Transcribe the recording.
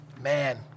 man